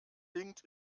hinkt